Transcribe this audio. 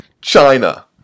China